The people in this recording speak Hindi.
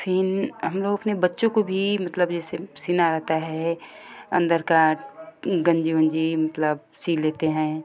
फिर हम लोग अपने बच्चों को भी मतलब जैसे सीना रहता है अंदर का गंजी उंजी मतलब सील देते हैं